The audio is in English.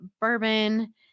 bourbon